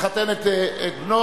מחתן את בנו,